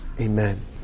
Amen